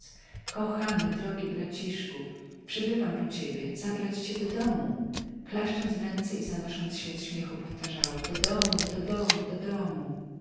kochany drogi braciszku przybywam po ciebie zabrać cię do domu klaszcząc w ręce i zanosząc się od śmiechu powtarzała do domu do domu do domu